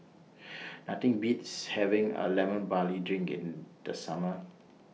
Nothing Beats having A Lemon Barley Drinking in The Summer